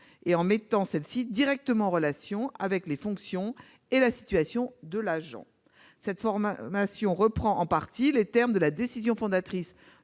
et en mettant celle-ci directement en relation avec les fonctions et la situation de l'agent. Cette formulation reprend en partie les termes de la décision fondatrice